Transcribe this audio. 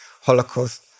Holocaust